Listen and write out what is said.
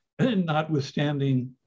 notwithstanding